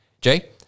Jay